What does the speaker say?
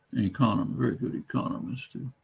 economy very good economist,